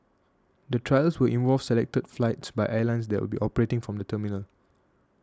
the trials will involve selected flights by airlines that will be operating from the terminal